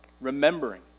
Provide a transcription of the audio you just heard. remembering